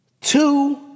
two